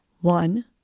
One